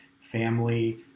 Family